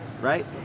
right